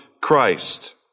Christ